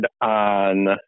on